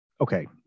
okay